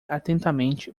atentamente